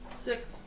Six